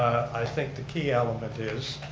i think the key element is,